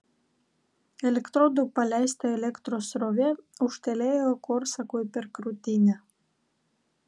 elektrodų paleista elektros srovė ūžtelėjo korsakui per krūtinę